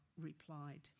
replied